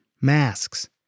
masks—